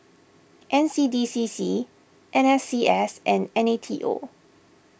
N C D C C N S C S and N A T O